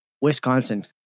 Wisconsin